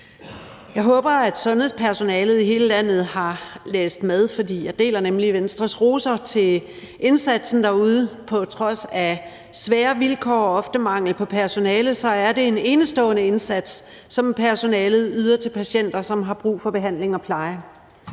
Jeg håber, at sundhedspersonalet i hele landet har læst med, for jeg deler nemlig Venstres roser til indsatsen derude. På trods af svære vilkår og ofte mangel på personale er det en enestående indsats, som personalet yder til patienter, som har brug for behandling og pleje.